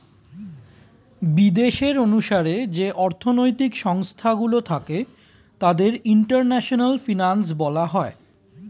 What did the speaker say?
বিদেশের অনুসারে যে অর্থনৈতিক সংস্থা গুলো থাকে তাদের ইন্টারন্যাশনাল ফিনান্স বলা হয়